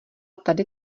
tady